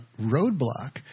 roadblock